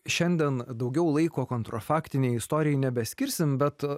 šiandien daugiau laiko kontrofaktinei istorijai nebeskirsim bet